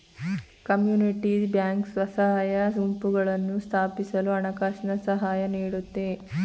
community bank ಸ್ವಸಹಾಯ ಗುಂಪುಗಳನ್ನು ಸ್ಥಾಪಿಸಲು ಹಣಕಾಸಿನ ಸಹಾಯ ನೀಡುತ್ತೆ